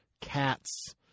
Cats